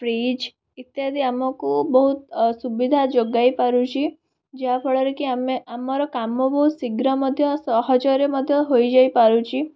fridge ଇତ୍ୟାଦି ଆମକୁ ବହୁତ ସୁବିଧା ଯୋଗାଇ ପାରୁଛି ଯାହାଫଳରେ କି ଆମେ ଆମର କାମ ବହୁତ ଶୀଘ୍ର ମଧ୍ୟ ସହଜରେ ମଧ୍ୟ ହୋଇଯାଇ ପାରୁଛି